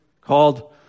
called